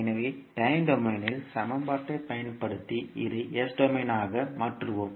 எனவே டைம் டொமைனில் சமன்பாட்டைப் பயன்படுத்தி இதை s டொமைனாக மாற்றுவோம்